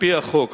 על-פי החוק,